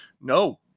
no